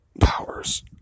Powers